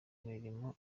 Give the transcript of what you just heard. mirimo